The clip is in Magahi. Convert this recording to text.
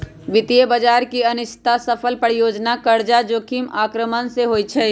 वित्तीय बजार की अनिश्चितता, असफल परियोजना, कर्जा जोखिम आक्रमण से होइ छइ